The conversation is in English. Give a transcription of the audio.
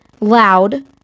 loud